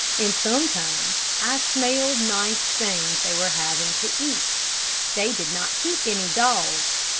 and sometimes i smelled nice things they were having to eat they did not keep any dogs,